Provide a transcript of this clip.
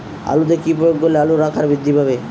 আলুতে কি প্রয়োগ করলে আলুর আকার বৃদ্ধি পাবে?